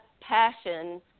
passion